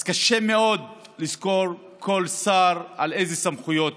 אז קשה מאוד לזכור כל שר, אילו סמכויות